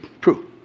true